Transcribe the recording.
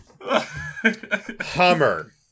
Hummer